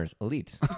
Elite